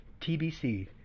TBC